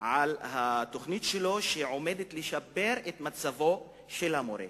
על התוכנית שלו, שעומדת לשפר את מצבו של המורה.